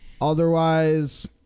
Otherwise